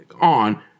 on